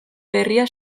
berria